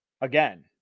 again